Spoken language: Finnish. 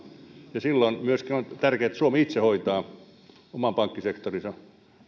ja silloin myöskin on tärkeätä että suomi itse hoitaa mallikkaasti oman pankkisektorinsa